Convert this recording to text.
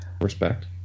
Respect